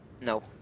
No